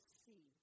see